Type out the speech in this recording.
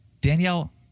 Danielle